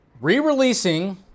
re-releasing